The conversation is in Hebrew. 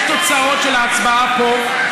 יש תוצאות של ההצבעה פה,